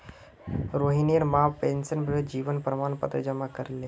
रोहिणीर मां पेंशनभोगीर जीवन प्रमाण पत्र जमा करले